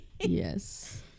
yes